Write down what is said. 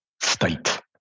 state